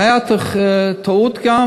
והייתה טעות גם